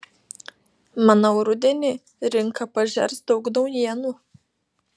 manau rudenį rinka pažers daug naujienų